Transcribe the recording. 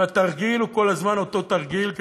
והתרגיל הוא כל הזמן אותו תרגיל,